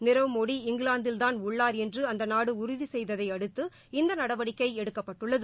நிரவ் மோடி இங்கிலாந்தில்தான் உள்ளார் என்று அந்த நாடு உறுதி செய்ததை அடுத்து இந்த நடவடிக்கை எடுக்கப்பட்டுள்ளது